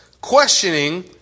questioning